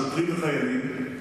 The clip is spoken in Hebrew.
שוטרים וחיילים,